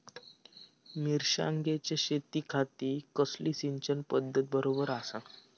मिर्षागेंच्या शेतीखाती कसली सिंचन पध्दत बरोबर आसा?